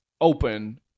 open